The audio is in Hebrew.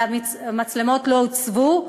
והמצלמות לא הוצבו.